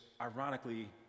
ironically